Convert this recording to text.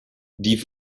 die